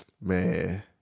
Man